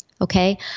okay